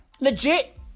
Legit